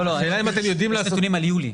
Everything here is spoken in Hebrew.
לא, יש נתונים על יולי.